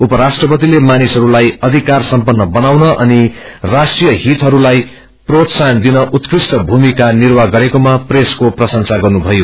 उपराष्ट्रपतिले मानिसहरूलाई अधिकार सम्पन्न बनाउन अनि राष्ट्रिय हितहस्लाई प्रोत्साहन दिन उत्कृष्ट भ्रमिका निर्वाह गरेकोमा प्रेसको प्रशंसा गर्नुभयो